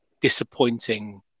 disappointing